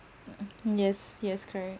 mm yes yes correct